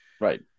Right